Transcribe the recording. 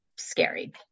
scary